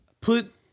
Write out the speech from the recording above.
put